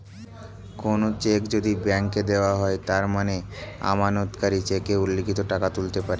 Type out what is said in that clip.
কোনো চেক যদি ব্যাংকে দেওয়া হয় তার মানে আমানতকারী চেকে উল্লিখিত টাকা তুলতে পারে